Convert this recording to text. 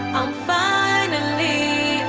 finally